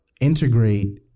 integrate